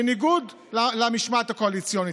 בניגוד למשמעת הקואליציונית?